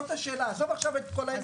זאת השאלה, עזוב עכשיו את כל השאר.